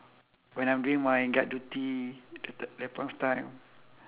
when I'm doing my guard duty at that that point of time